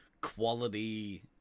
quality